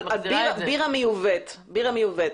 בירה מיובאת,